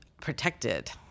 protected